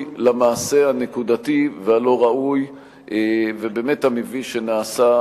למעשה הנקודתי והלא-ראוי ובאמת המביש שנעשה